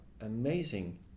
amazing